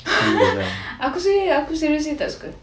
aku seriously tak suka